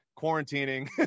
quarantining